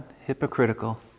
hypocritical